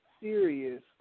serious